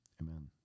amen